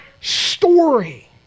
story